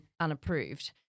unapproved